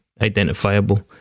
identifiable